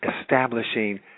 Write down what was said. establishing